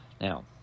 Now